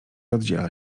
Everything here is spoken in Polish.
oddziela